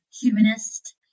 humanist